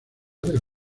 del